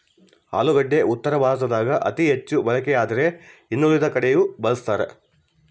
ಆಲೂಗಡ್ಡಿ ಉತ್ತರ ಭಾರತದಾಗ ಅತಿ ಹೆಚ್ಚು ಬಳಕೆಯಾದ್ರೆ ಇನ್ನುಳಿದ ಕಡೆಯೂ ಬಳಸ್ತಾರ